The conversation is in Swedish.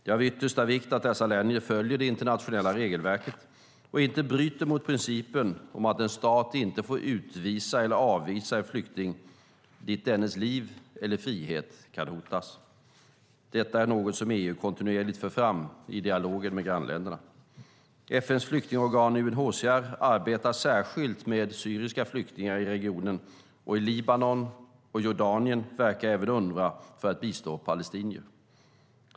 Det är av yttersta vikt att dessa länder följer det internationella regelverket och inte bryter mot principen om att en stat inte får utvisa eller avvisa en flykting dit dennes liv eller frihet kan hotas. Detta är något som EU kontinuerligt för fram i dialogen med grannländerna. FN:s flyktingorgan UNHCR arbetar särskilt med syriska flyktingar i regionen, och i Libanon och Jordanien verkar även Unrwa för att bistå palestinier.